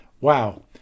Wow